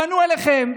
פנו אליכם,